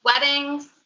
weddings